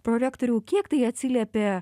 prorektoriau kiek tai atsiliepė